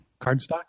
Cardstock